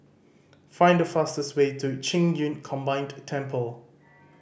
find the fastest way to Qing Yun Combined Temple